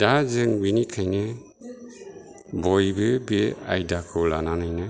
दा जों बिनिखायनो बयबो बे आइदाखौ लानानैनो